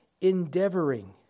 endeavoring